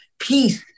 Peace